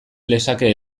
lezake